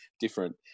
different